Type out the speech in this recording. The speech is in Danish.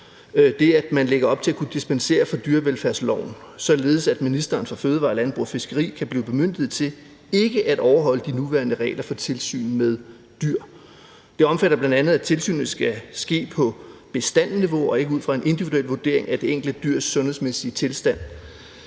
det, at man lægger op til at kunne dispensere for dyrevelfærdsloven, således at ministeren for fødevarer, landbrug og fiskeri kan blive bemyndiget til ikke at overholde de nuværende regler for tilsyn med dyr. Det omfatter bl.a., at tilsynet skal ske på bestandniveau og ikke ud fra en individuel vurdering af det enkelte dyrs sundhedsmæssige tilstand.